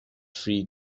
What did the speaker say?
free